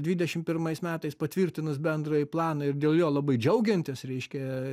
dvidešim pirmais metais patvirtinus bendrąjį planą ir dėl jo labai džiaugiantis reiškia